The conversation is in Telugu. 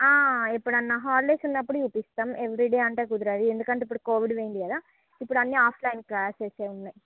ఎప్పుడన్నా హాలిడేస్ ఉన్నపుడు చేపిస్తాం ఎవెరీ డే అంటే కుదరదు ఎందుకంటే ఇపుడు కోవిడ్ పొయింది కదా ఇప్పుడన్నీ ఆఫ్లైన్ క్లాస్సేసే ఉన్నాయి